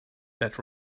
that